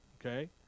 Okay